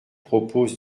propose